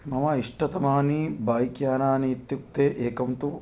मम इष्टतमानि बैक्यानानि इत्युक्ते एकं तु